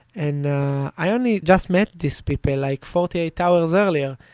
and i only just met these people like forty eight hours earlier,